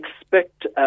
expect